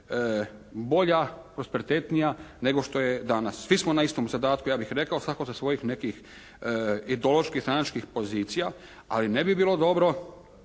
bolja, prosperitetnija nego što je danas. Svi smo na istom zadatku ja bih rekao. Svatko sa svojih nekih ideoloških, stranačkih pozicija. Ali ne bi bilo dobro